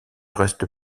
reste